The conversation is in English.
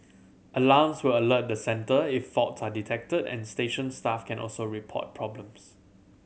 alarms will alert the centre if fault are detected and station staff can also report problems